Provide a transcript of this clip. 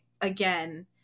again